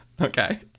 Okay